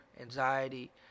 anxiety